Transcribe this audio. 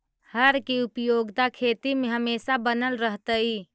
हर के उपयोगिता खेती में हमेशा बनल रहतइ